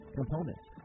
components